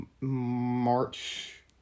March